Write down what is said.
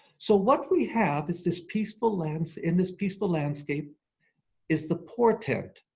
so what we have is this peaceful lands, in this peaceful landscape is the portent,